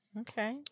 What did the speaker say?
Okay